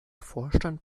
vorstand